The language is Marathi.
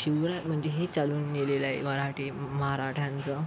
शिवराय म्हणजे हे चालवून नेलेलं आहे मराठे मराठ्यांचं